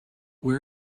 where